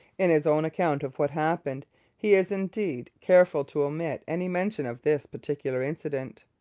in his own account of what happened he is, indeed, careful to omit any mention of this particular incident.